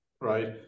right